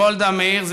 לגולדה מאיר,